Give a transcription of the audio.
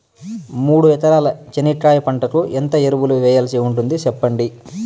మూడు ఎకరాల చెనక్కాయ పంటకు ఎంత ఎరువులు వేయాల్సి ఉంటుంది సెప్పండి?